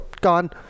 gone